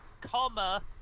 comma